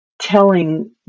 telling